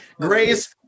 grace